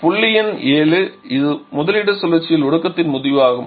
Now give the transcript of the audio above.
புள்ளி எண் 7 இது முதலிட சுழற்சியில் ஒடுக்கத்தின் முடிவாகும்